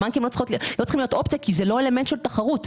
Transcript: הבנקים לא צריכים להיות אופציה כי זה לא אלמנט של תחרות,